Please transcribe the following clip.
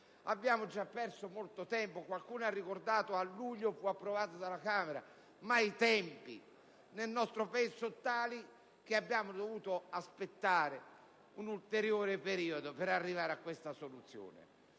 Abbiamo già perso molto tempo e qualcuno ha ricordato che il provvedimento è stato approvato dalla Camera nel mese di luglio. Ma i tempi nel nostro Paese sono tali che abbiamo dovuto aspettare un ulteriore periodo per arrivare a questa soluzione.